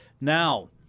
Now